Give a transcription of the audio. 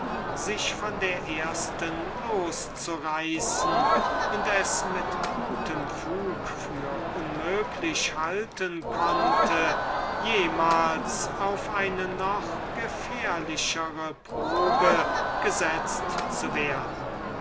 sich von der ersten loszureißen und es mit gutem fug für unmöglich halten konnte jemals auf eine noch gefährlichere probe gesetzt zu werden